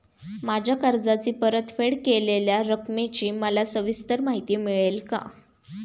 माझ्या कर्जाची परतफेड केलेल्या रकमेची मला सविस्तर माहिती मिळेल का?